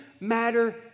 matter